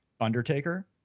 Undertaker